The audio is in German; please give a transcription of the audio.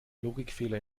logikfehler